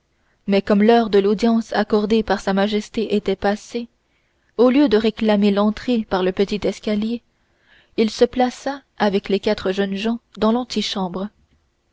mais comme l'heure de l'audience accordée par sa majesté était passée au lieu de réclamer l'entrée par le petit escalier il se plaça avec les quatre jeunes gens dans l'antichambre